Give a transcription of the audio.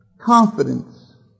Confidence